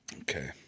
Okay